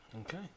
Okay